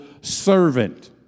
servant